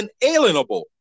inalienable